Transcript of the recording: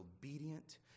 obedient